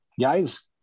guys